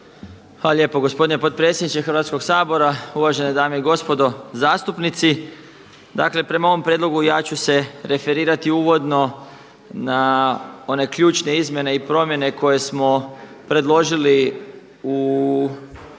Hvala lijepo gospodine potpredsjedniče Hrvatskog sabora, uvažene dame i gospodo zastupnici. Dakle prema ovom prijedlogu ja ću se referirati uvodno na one ključne izmjene i promjene koje smo predložili u